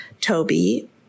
Toby